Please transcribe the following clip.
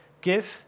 Give